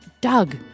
Doug